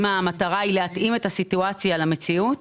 אם המטרה היא להתאים את הסיטואציה למציאות